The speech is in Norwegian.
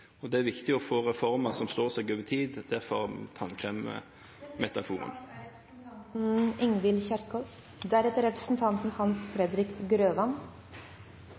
kundetilfredshet. Det er viktig å få reformer som står seg over tid,